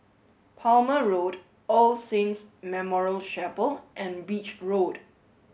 Palmer Road All Saints Memorial Chapel and Beach Road